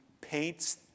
paints